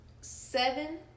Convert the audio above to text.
seven